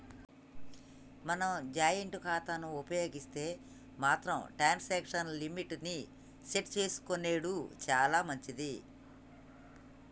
మనం జాయింట్ ఖాతాను ఉపయోగిస్తే మాత్రం ట్రాన్సాక్షన్ లిమిట్ ని సెట్ చేసుకునెడు చాలా మంచిది